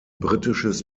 britisches